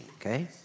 okay